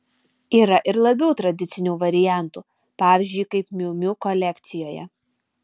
yra ir labiau tradicinių variantų pavyzdžiui kaip miu miu kolekcijoje